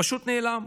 פשוט נעלם.